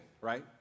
right